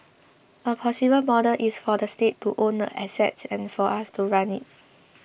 a possible model is for the state to own the assets and for us to run it